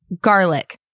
garlic